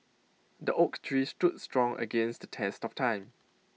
the oak tree stood strong against the test of time